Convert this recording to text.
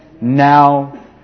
now